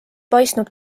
paistnud